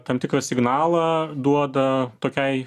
tam tikrą signalą duoda tokiai